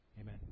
Amen